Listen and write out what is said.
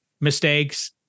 mistakes